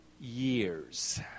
years